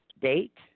date